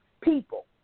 people